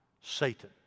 Satan